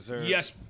Yes